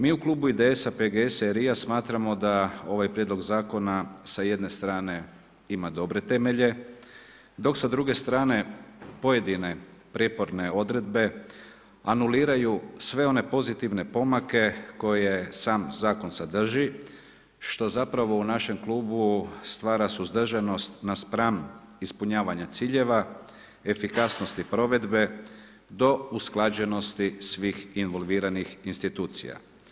Mi u Klubu IDS-a, PGS-a i LRI-a smatramo da ovaj prijedlog zakona sa jedne strane ima dobre temelje, dok sa druge strane pojedine, prijeporne odredbe anuliraju sve one pozitivne pomake koje sam zakon sadrži, što zapravo u našem klubu stvara suzdržanost na spram ispunjavanju ciljeva, efikasnosti provedbe, do usklađenosti svih involviranih institucija.